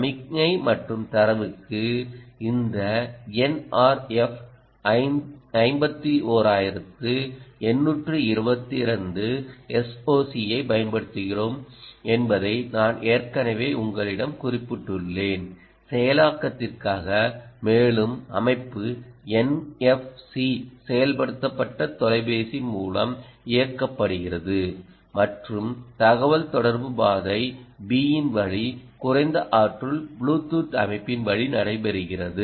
சமிக்ஞை மற்றும் தரவுக்கு இந்த NRF 51822 SoC ஐப் பயன்படுத்துகிறோம் என்பதை நான் ஏற்கனவே உங்களிடம் குறிப்பிட்டுள்ளேன் செயலாக்கத்திற்காக மேலும் அமைப்பு NFC செயல்படுத்தப்பட்ட தொலைபேசி மூலம் இயக்கப்படுகிறது மற்றும் தகவல் தொடர்பு பாதை B இன் வழி குறைந்த ஆற்றல் புளூடூத் அமைப்பின் வழி நடைபெறுகிறது